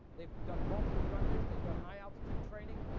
they've done multiple gunnaries, they've done high altitude training,